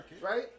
right